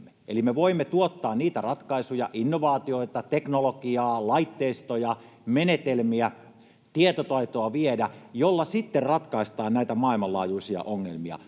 eli me voimme tuottaa niitä ratkaisuja, innovaatioita, teknologiaa, laitteistoja, menetelmiä, tietotaitoa viedä, jolla sitten ratkaistaan näitä maailmanlaajuisia ongelmia